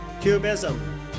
cubism